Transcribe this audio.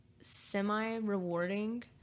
semi-rewarding